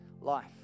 life